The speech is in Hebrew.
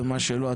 ומה שלא,